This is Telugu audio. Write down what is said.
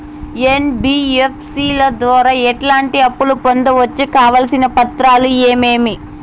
ఎన్.బి.ఎఫ్.సి ల ద్వారా ఎట్లాంటి అప్పులు పొందొచ్చు? కావాల్సిన పత్రాలు ఏమేమి?